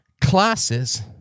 classes